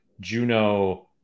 Juno